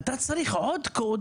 אתה צריך עוד קוד